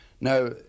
Now